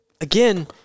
again